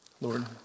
Lord